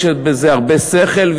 יש בזה הרבה שכל,